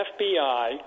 FBI